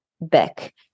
back